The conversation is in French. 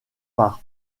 par